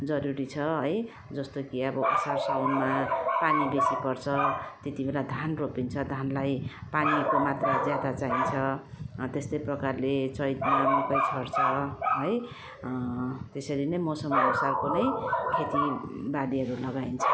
जरुरी छ है जस्तो कि अब असार साउनमा पानी बेसी पर्छ त्यति बेला धान रोपिन्छ धानलाई पानीको मात्रा ज्यादा चाहिन्छ त्यस्तै प्रकारले चैतमा मकै छर्छ है त्यसरी नै मौसम अनुसारको नै खेती बालीहरू लगाइन्छ